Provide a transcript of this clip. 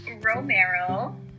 Romero